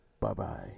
Bye-bye